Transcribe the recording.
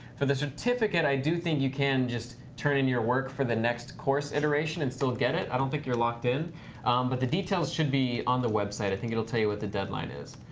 for the certificate, i do think you can just turn in your work for the next course iteration and still get it. i don't think you're locked in. but the details should be on the website. i think it'll tell you what the deadline is.